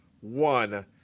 one